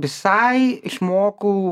visai išmokau